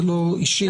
זה לא אישי,